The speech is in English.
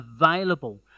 available